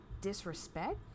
disrespect